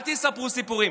אל תספרו סיפורים.